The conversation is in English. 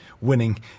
winning